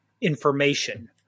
information